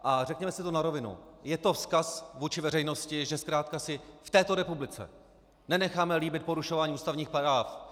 A řekněme si to na rovinu, je to vzkaz vůči veřejnosti, že zkrátka si v této republice nenecháme líbit porušování ústavních práv.